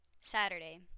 Saturday